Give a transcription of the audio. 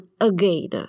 again